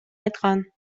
айткан